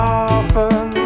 often